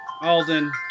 Alden